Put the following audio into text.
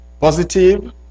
positive